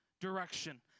direction